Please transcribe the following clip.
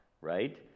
right